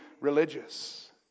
religious